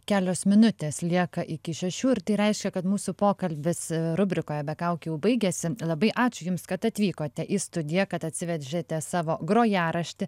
kelios minutės lieka iki šešių ir tai reiškia kad mūsų pokalbis rubrikoje be kaukių baigiasi labai ačiū jums kad atvykote į studiją kad atsivežėte savo grojaraštį